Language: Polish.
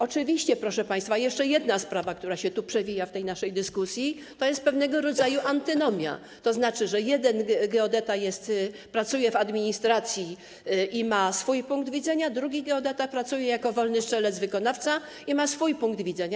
Oczywiście, proszę państwa - to jeszcze jedna sprawa, która się przewija w naszej dyskusji - jest tu pewnego rodzaju antynomia, tzn. jeden geodeta pracuje w administracji i ma swój punkt widzenia, drugi geodeta pracuje jako wolny strzelec wykonawca i ma swój punkt widzenia.